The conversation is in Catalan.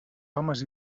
homes